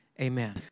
Amen